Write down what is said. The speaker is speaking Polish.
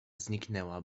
zniknęła